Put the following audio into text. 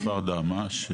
כפר דהמש.